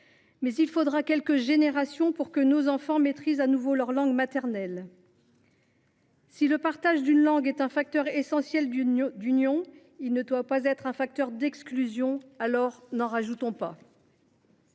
toutefois quelques générations pour que nos enfants maîtrisent de nouveau leur langue maternelle. Si le partage d’une langue est un facteur essentiel d’union, il ne doit pas être un facteur d’exclusion. N’en rajoutons pas